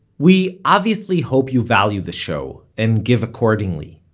we obviously hope you value the show, and give accordingly,